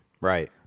Right